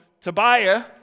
Tobiah